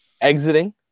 exiting